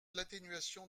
l’atténuation